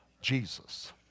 Jesus